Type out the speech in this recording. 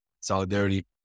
solidarity